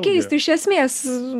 keisti iš esmės